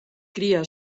cria